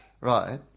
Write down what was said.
right